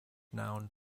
noun